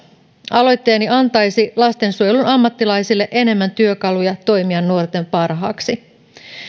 aloitteeni antaisi lastensuojelun ammattilaisille enemmän työkaluja toimia nuorten parhaaksi